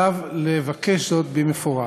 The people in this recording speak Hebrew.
עליו לבקש זאת במפורש.